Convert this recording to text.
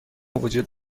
وجود